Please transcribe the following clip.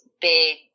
big –